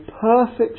perfect